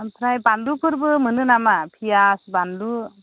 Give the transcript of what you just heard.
ओमफ्राय बानलुफोरबो मोनो नामा फियास बानलु